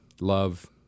love